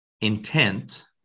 intent